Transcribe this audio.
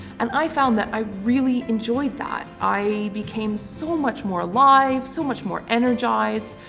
and i found that i really enjoyed that. i became so much more alive, so much more energised,